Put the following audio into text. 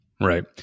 Right